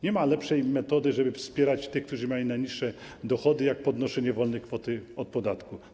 Nie ma lepszej metody, żeby wspierać tych, którzy mają najniższe dochody, jak podnoszenie kwoty wolnej od podatku.